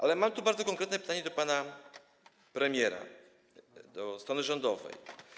Ale mam tu bardzo konkretne pytanie do pana premiera, do strony rządowej.